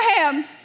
Abraham